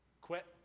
quit